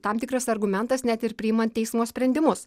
tam tikras argumentas net ir priimant teismo sprendimus